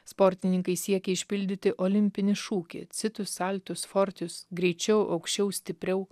sportininkai siekia išpildyti olimpinį šūkį citius altius fortius greičiau aukščiau stipriau